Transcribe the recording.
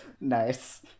nice